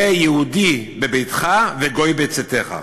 היה יהודי בביתך וגוי בצאתך.